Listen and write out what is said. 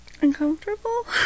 Uncomfortable